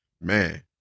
man